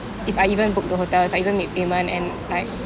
if I even booked the hotel if I even made payment and like